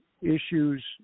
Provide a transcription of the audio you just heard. issues